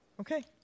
Okay